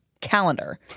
calendar